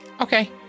Okay